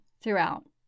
throughout